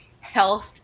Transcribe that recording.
health